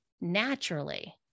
naturally